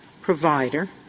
provider